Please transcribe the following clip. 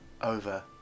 over